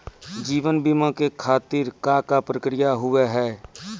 जीवन बीमा के खातिर का का प्रक्रिया हाव हाय?